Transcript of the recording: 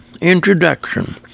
Introduction